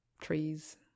trees